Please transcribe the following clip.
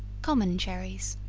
common cherries.